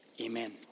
Amen